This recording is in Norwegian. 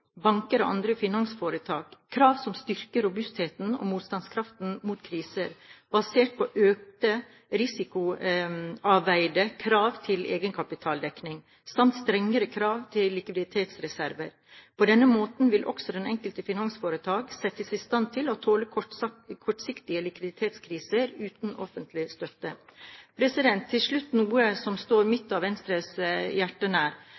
banker og andre finansforetak, krav som styrker robustheten og motstandskraften mot kriser, basert på økte risikoavveide krav til egenkapitaldekning samt strengere krav til likviditetsreserver. På denne måten vil også det enkelte finansforetak settes i stand til å tåle kortsiktige likviditetskriser uten offentlig støtte. Til slutt noe som står mitt og Venstres hjerte nær: